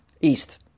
East